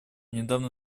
недавно